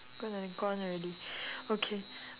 gonna gone already okay